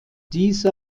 diese